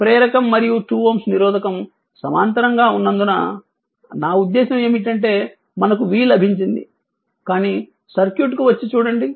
ప్రేరకం మరియు 2Ω నిరోధకం సమాంతరంగా ఉన్నందున నా ఉద్దేశ్యం ఏమిటంటే మనకు v లభించింది కానీ సర్క్యూట్కు వచ్చి చూడండి